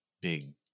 big